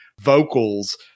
vocals